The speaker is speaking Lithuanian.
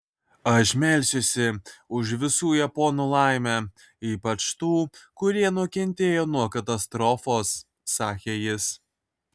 aš melsiuosi už visų japonų laimę ypač tų kurie nukentėjo nuo katastrofos sakė jis